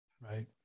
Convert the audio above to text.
Right